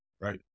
Right